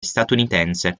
statunitense